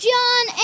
John